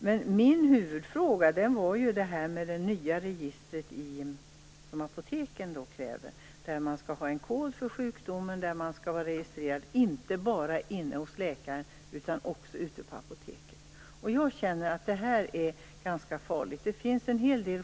Men min huvudfråga gällde det nya registret som apoteken kräver, där skall man ha en kod för sjukdomen. Då blir man inte bara registrerad inne hos läkaren utan också ute på apoteken. Jag känner att det här är ganska farligt.